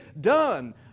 Done